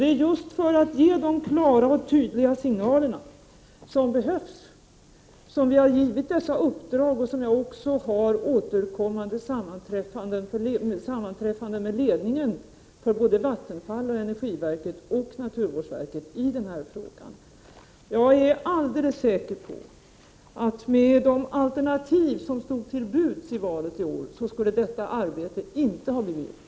Det är just för att ge de klara och tydliga signaler som behövs som vi har givit dessa uppdrag, och det är därför jag har återkommande sammanträffanden med ledningen för såväl Vattenfall som energiverket och naturvårdsverket i denna fråga. Jag är alldeles säker på att detta arbete inte skulle ha blivit gjort med de alternativ som stod till buds i valet i år.